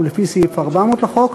ולפי סעיף 400 לחוק,